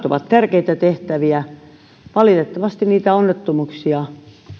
ovat tärkeitä tehtäviä valitettavasti niitä onnettomuuksia